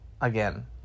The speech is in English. Again